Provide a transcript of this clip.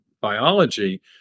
biology